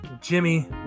Jimmy